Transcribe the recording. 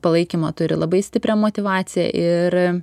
palaikymą turi labai stiprią motyvaciją ir